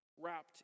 Wrapped